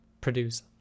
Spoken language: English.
produce